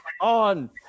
on